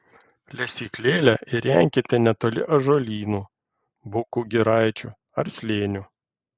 lesyklėlę įrenkite netoli ąžuolynų bukų giraičių ar slėnių